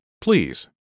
please